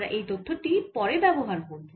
আমরা এই তথ্য টি পরে ব্যবহার করব